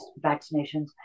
vaccinations